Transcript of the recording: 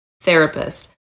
therapist